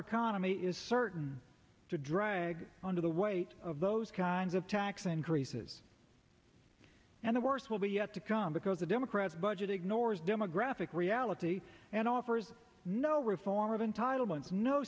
economy is certain to drag on to the weight of those kinds of tax increases and the worst will be yet to come because the democrats budget ignores demographic reality and offers no reform of entitlements no